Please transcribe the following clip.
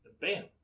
Bam